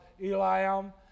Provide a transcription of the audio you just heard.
Eliam